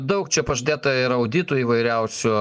daug čia pažadėta ir auditų įvairiausių